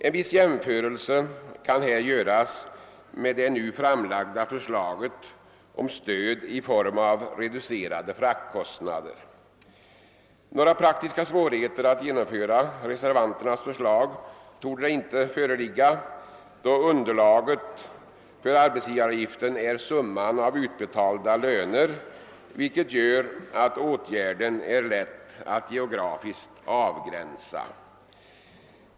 En viss jämförelse kan här göras med det nu framlagda förslaget om stöd i form av reducerade fraktkostnader. Några praktiska svårigheter att genomföra reservanternas förslag torde inte föreligga, då underlaget för arbetsgivaravgiften är summan av utbetalda löner, vilket gör att åtgärden är lätt att avgränsa geografiskt.